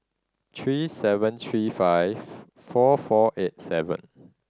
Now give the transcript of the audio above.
three seven three five four four eight seven